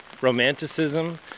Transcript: romanticism